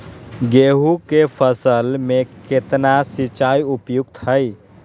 गेंहू के फसल में केतना सिंचाई उपयुक्त हाइ?